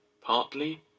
partly